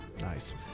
Nice